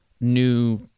new